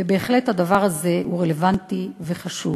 הדבר הזה בהחלט רלוונטי וחשוב.